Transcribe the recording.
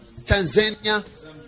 Tanzania